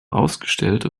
ausgestellt